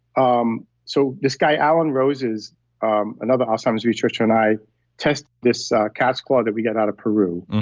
um so this guy alan rose is um another alzheimer's researcher, and i test this cat's claw that we get out of peru.